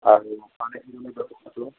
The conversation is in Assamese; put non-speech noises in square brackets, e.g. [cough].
আৰু [unintelligible]